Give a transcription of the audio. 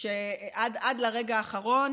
שעד לרגע האחרון